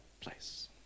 place